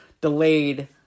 delayed